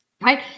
right